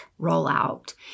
rollout